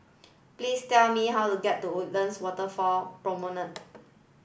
please tell me how to get to Woodlands Waterfront Promenade